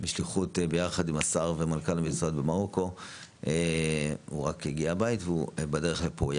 בשליחות יחד עם השר ומנכ"ל המשרד במרוקו והוא בדרך לפה.